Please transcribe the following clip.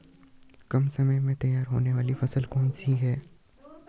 कम समय में तैयार होने वाली फसल कौन सी है?